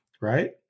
right